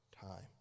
time